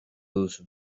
duzu